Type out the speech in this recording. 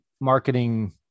Marketing